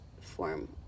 form